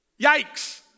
Yikes